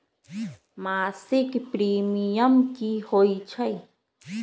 मासिक प्रीमियम की होई छई?